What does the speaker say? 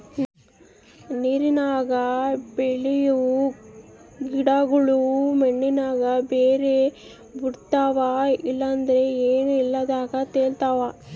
ನೀರಿನಾಗ ಬೆಳಿಯೋ ಗಿಡುಗುಳು ಮಣ್ಣಿನಾಗ ಬೇರು ಬುಟ್ಟಿರ್ತವ ಇಲ್ಲಂದ್ರ ಏನೂ ಇಲ್ದಂಗ ತೇಲುತಿರ್ತವ